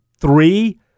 three